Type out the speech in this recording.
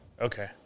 Okay